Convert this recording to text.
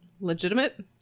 legitimate